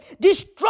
Destroy